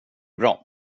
bra